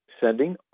sending